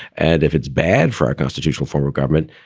and if it's bad for our constitutional form of government,